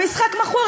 המשחק מכור.